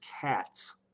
cats